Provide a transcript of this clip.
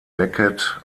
beckett